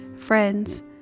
Friends